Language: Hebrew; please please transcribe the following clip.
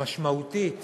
משמעותית